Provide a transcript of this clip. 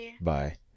Bye